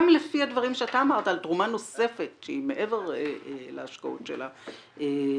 גם לפי הדברים שאתה אמרת על תרומה נוספת שהיא מעבר להשקעות שלה במדינה,